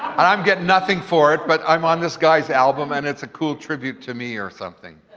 and i'm getting nothing for it, but i'm on this guy's album and it's a cool tribute to me or something.